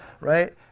right